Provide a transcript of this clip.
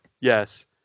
Yes